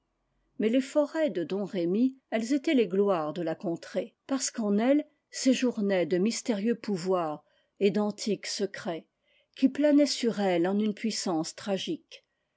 mais les forêts de domrémy elles étaient les gloires de la contrée parce qu'en elles séjournaient de mystérieux pouvoirs et d'antiques secrets qui planaient sur elle en une puissance tragique